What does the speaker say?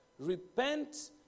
Repent